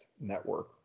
network